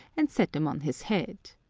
and set them on his head.